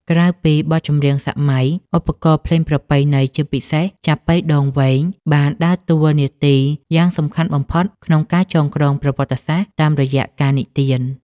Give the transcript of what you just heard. ក្រៅពីបទចម្រៀងសម័យ ឧបករណ៍ភ្លេងប្រពៃណីជាពិសេស ចាប៉ីដងវែង បានដើរតួនាទីយ៉ាងសំខាន់បំផុតក្នុងការចងក្រងប្រវត្តិសាស្ត្រតាមរយៈការនិទាន។